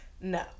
No